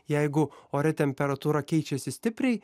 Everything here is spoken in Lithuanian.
jeigu ore temperatūra keičiasi stipriai